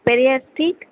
Periyar street